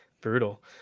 Brutal